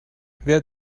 wer